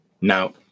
Now